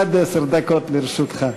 עד עשר דקות לרשותך.